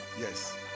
yes